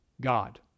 God